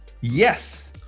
yes